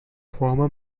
former